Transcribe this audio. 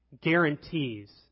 guarantees